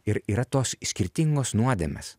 ir yra tos skirtingos nuodėmės